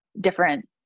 different